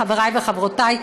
חברי וחברותי,